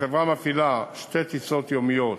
החברה מפעילה שתי טיסות יומיות